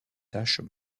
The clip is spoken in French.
taches